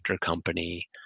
company